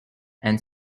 and